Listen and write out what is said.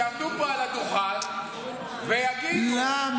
שיעמדו פה על הדוכן ויגידו שלא צריך מכיוון שזה נס --- למה,